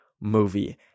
movie